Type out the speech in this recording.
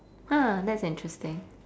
!huh! that's interesting